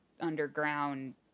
underground